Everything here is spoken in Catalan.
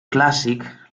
clàssic